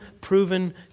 proven